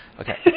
Okay